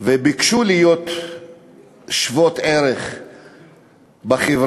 וביקשו להיות שוות ערך בחברה,